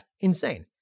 Insane